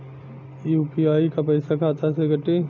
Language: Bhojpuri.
यू.पी.आई क पैसा खाता से कटी?